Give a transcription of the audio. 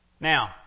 Now